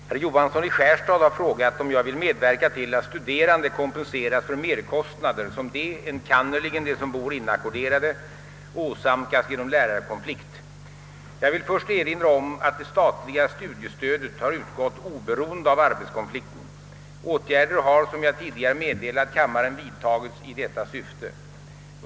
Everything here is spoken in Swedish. Herr talman! Herr Johansson i Skärstad har frågat, om jag vill medverka till att studerande kompenseras för merkostnader som de, enkannerligen om de bor inackorderade, åsamkas genom lärarkonflikt. Jag vill först erinra om att det statliga studiestödet har utgått oberoende av arbetskonflikten. Åtgärder har, som jag tidigare meddelat kammaren, vidtagits i detta syfte.